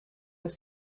have